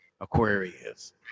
Aquarius